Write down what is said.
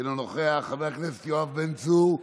אינו נוכח, חבר הכנסת יואב בן צור,